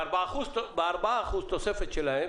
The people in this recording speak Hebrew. שב-4% תוספת שלהם,